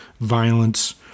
violence